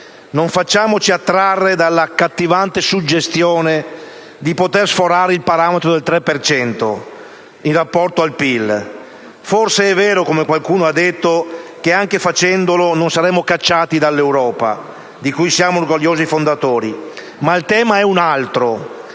non facciamoci attrarre dall'accattivante suggestione di poter sforare il parametro del 3 per cento nel rapporto tra *deficit* e PIL. Forse è vero, come qualcuno ha detto, che anche facendolo non saremmo cacciati dall'Europa, di cui siamo orgogliosi fondatori, ma il tema è un altro